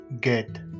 get